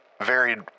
varied